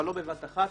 אבל לא בבת אחת,